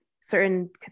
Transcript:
certain